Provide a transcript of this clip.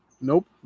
nope